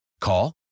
Call